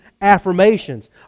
affirmations